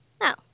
No